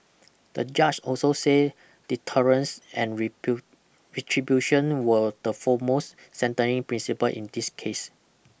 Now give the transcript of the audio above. the judge also say deterrence and rebuilt retribution were the foremost sentencing principle in this case